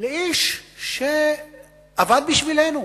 לאיש שעבד בשבילנו.